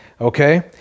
Okay